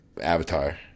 Avatar